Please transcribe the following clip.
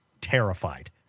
terrified